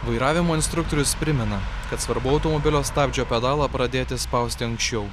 vairavimo instruktorius primena kad svarbu automobilio stabdžio pedalą pradėti spausti anksčiau